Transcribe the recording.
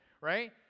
right